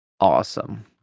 Awesome